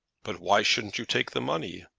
but why shouldn't you take the money?